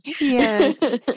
Yes